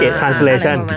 translation